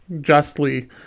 justly